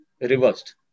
reversed